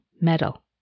metal